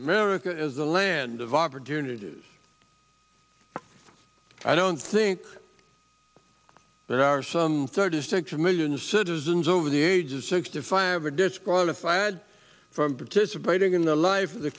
america is the land of opportunity i don't think there are some thirty six million citizens over the age of sixty five are disqualified from participating in the life of the